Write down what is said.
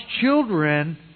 children